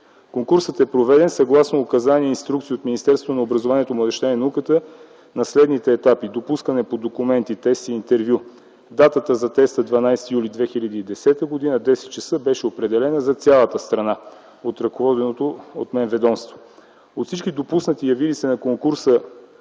Конкурсът е проведен съгласно указания и инструкции от Министерството на образованието, младежта и науката на следните етапи: допускане по документи, тест и интервю. Датата за теста е 12 юли 2010 г., като 10,00 ч. беше определен за цялата страна от ръководеното от мен ведомство. От всички явили се на конкурса,